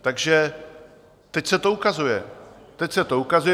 Takže teď se to ukazuje, teď se to ukazuje.